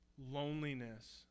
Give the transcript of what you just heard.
loneliness